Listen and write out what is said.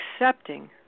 accepting